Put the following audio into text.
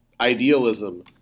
idealism